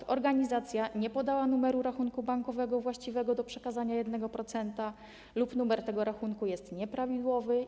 Np. organizacja nie podała numeru rachunku bankowego właściwego do przekazania 1% lub numer tego rachunku jest nieprawidłowy.